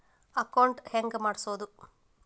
Account ಹೆಂಗ್ ಮಾಡ್ಸೋದು?